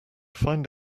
find